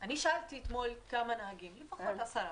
אני שאלתי אתמול כמה נהגים, לפחות עשרה.